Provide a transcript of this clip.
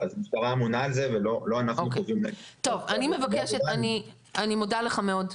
אז המשטרה אמונה על זה ולא אנחנו קובעים --- אני מודה לך מאוד.